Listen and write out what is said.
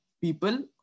people